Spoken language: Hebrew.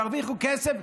ירוויחו כסף,